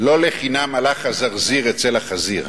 לא לחינם הלך הזרזיר אצל החזיר,